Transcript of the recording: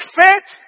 faith